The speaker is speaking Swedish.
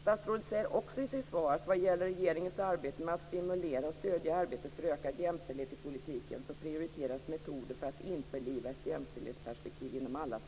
Statsrådet säger också i sitt svar att vad gäller regeringens arbete med att stimulera och stödja arbetet för ökad jämställdhet i politiken prioriteras metoder för att införliva ett jämställdhetsperspektiv inom alla